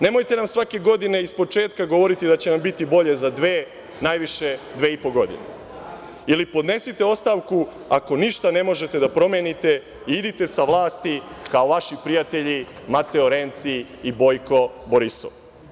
Nemojte nam svake godine ispočetka govoriti da će nam biti bolje za dve, najviše dve i po godine, ili podnesite ostavku ako ništa ne možete da promenite i idite sa vlasti kao vaši prijatelji Mateo Renci i Bojko Borisov.